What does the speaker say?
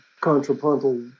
contrapuntal